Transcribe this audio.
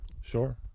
Sure